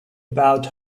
about